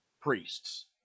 priests